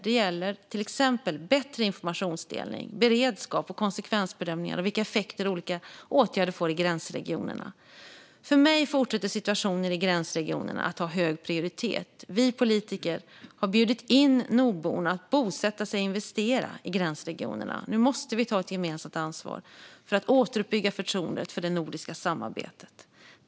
Det gäller till exempel bättre informationsdelning, beredskap och konsekvensbedömningar av vilka effekter olika åtgärder får i gränsregionerna. För mig fortsätter situationen i gränsregionerna att ha hög prioritet. Vi politiker har bjudit in nordborna att bosätta sig och investera i gränsregionerna. Nu måste vi ta ett gemensamt ansvar för att återuppbygga förtroendet för det nordiska samarbetet.